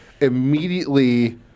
immediately